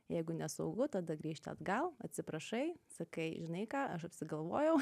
jeigu nesaugu tada grįžti atgal atsiprašai sakai žinai ką aš apsigalvojau